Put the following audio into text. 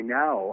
now